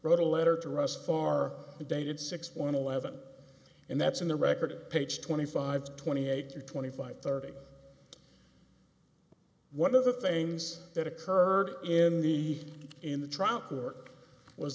wrote a letter to russ far dated six one eleven and that's in the record page twenty five twenty eight twenty five thirty one of the things that occurred in the in the tryout work was